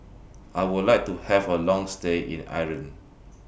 I Would like to Have A Long stay in Ireland